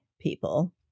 people